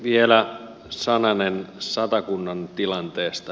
vielä sananen satakunnan tilanteesta